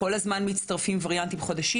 כי כל הזמן מצטרפים וריאנטים חדשים.